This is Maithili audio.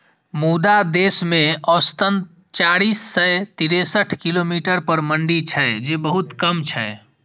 मुदा देश मे औसतन चारि सय तिरेसठ किलोमीटर पर मंडी छै, जे बहुत कम छै